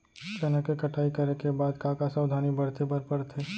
चना के कटाई करे के बाद का का सावधानी बरते बर परथे?